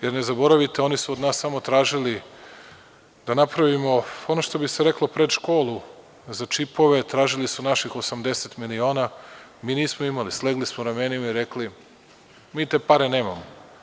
Jer, ne zaboravite, oni su od nas samo tražili da napravimo, ono što bi se reklo pred školu, za čipove, tražili su naših 80 miliona, a mi nismo imali, slegli smo ramenima i rekli – mi te pare nemamo.